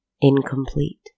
incomplete